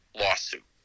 lawsuit